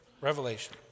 Revelation